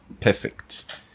Perfect